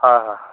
ꯍꯣꯏ ꯍꯣꯏ